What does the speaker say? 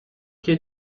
que